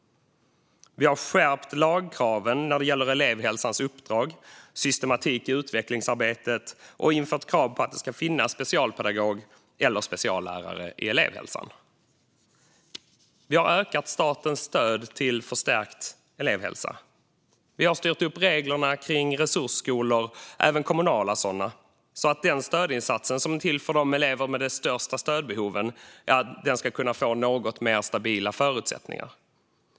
Vi har skärpt lagkraven när det gäller elevhälsans uppdrag och systematik i utvecklingsarbetet samt infört krav på att det ska finnas specialpedagog eller speciallärare i elevhälsan. Vi har ökat statens stöd till förstärkt elevhälsa. Vi har styrt upp reglerna kring resursskolor, även kommunala sådana, så att den stödinsats som är till för eleverna med de största stödbehoven ska kunna få något mer stabila förutsättningar.